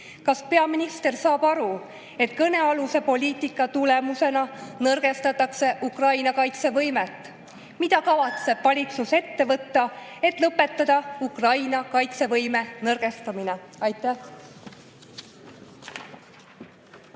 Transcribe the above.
Kas peaminister saab aru, et kõnealuse poliitika tulemusena nõrgestatakse Ukraina kaitsevõimet? Mida kavatseb valitsus ette võtta, et lõpetada Ukraina kaitsevõime nõrgestamine? Aitäh!